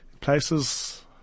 Places